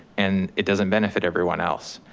and it doesn't benefit everyone else.